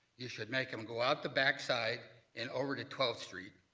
you should make them go out the backside and over to twelfth street.